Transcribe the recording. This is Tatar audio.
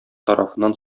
тарафыннан